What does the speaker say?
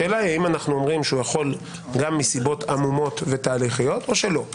השאלה אם אנו אומרים שהוא יכול גם מסיבות עמומות ותהליכיות או שלא.